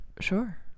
Sure